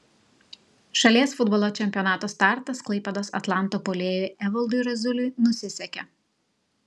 šalies futbolo čempionato startas klaipėdos atlanto puolėjui evaldui razuliui nusisekė